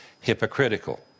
hypocritical